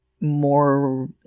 more